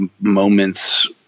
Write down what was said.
moments